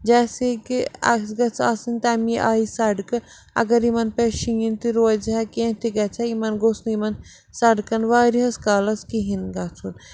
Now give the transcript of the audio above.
جیسے کہِ اَسہِ گَژھِ آسٕنۍ تَمی آیہِ سڑکہٕ اگر یِمن پٮ۪ٹھ شیٖن تہِ روزِ ہا کیٚنٛہہ تہِ گژھِ ہا یِمن گوٚژھ نہٕ یِمن سڑکن وارِیاہس کالس کِہیٖنۍ گَژھُن